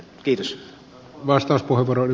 arvoisa puhemies